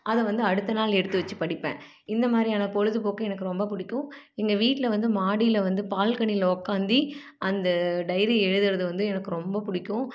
அதை வந்து அடுத்த நாள் எடுத்து வச்சு படிப்பேன் இந்த மாதிரியான பொழுதுபோக்கு எனக்கு ரொம்ப பிடிக்கும் எங்கள் வீட்டில் வந்து மாடியில் வந்து பால்கனியில் உக்காந்தி அந்த டைரி எழுதுவது வந்து எனக்கு ரொம்ப பிடிக்கும்